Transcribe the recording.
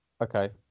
Okay